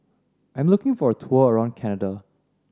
I'm looking for a tour around Canada